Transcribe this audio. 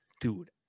Dude